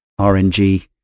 RNG